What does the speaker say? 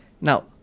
Now